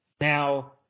Now